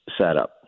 setup